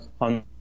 on